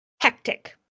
hectic